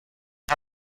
ich